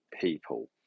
people